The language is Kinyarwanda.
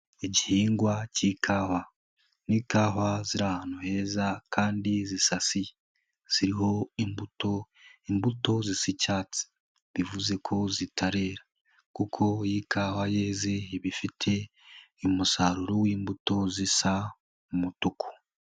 Igihingwa cy'ikawa ni ikawa ziri ahantu heza kandi zisasiye ziriho imbuto imbuto zisa icyatsi bivuze ko zitarera kuko iyo ikawa yeze iba ifite umusaruro w'imbuto zisa umutuku.